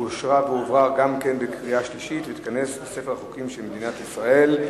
אושר והועבר בקריאה שלישית וייכנס לספר החוקים של מדינת ישראל.